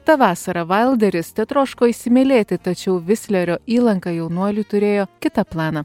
tą vasarą vailderis tetroško įsimylėti tačiau vislerio įlanka jaunuoliai turėjo kitą planą